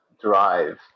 drive